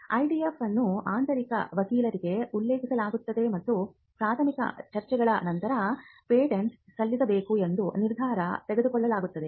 IDF ಅನ್ನು ಆಂತರಿಕ ವಕೀಲರಿಗೆ ಉಲ್ಲೇಖಿಸಲಾಗುತ್ತದೆ ಮತ್ತು ಪ್ರಾಥಮಿಕ ಚರ್ಚೆಗಳ ನಂತರ ಪೇಟೆಂಟ್ ಸಲ್ಲಿಸಬೇಕೆ ಎಂದು ನಿರ್ಧಾರ ತೆಗೆದುಕೊಳ್ಳಲಾಗುತ್ತದೆ